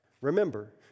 remember